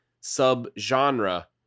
sub-genre